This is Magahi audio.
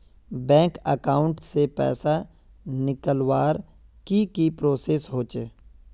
बैंक अकाउंट से पैसा निकालवर की की प्रोसेस होचे?